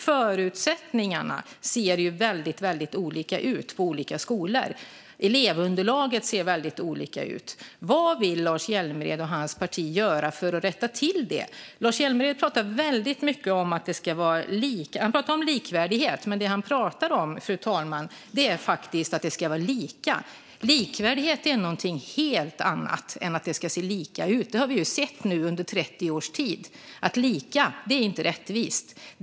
Förutsättningarna ser ju väldigt olika ut på olika skolor. Elevunderlaget ser väldigt olika ut. Vad vill Lars Hjälmered och hans parti göra för att rätta till detta? Lars Hjälmered pratar om likvärdighet, men det han pratar om, fru talman, är faktiskt att det ska vara lika. Likvärdighet är något helt annat än att det ska se lika ut. Det har vi sett nu i 30 års tid. Lika är inte rättvist.